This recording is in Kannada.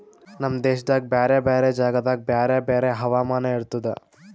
ನಮ್ ದೇಶದಾಗ್ ಬ್ಯಾರೆ ಬ್ಯಾರೆ ಜಾಗದಾಗ್ ಬ್ಯಾರೆ ಬ್ಯಾರೆ ಹವಾಮಾನ ಇರ್ತುದ